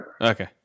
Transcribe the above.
Okay